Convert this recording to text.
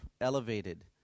elevated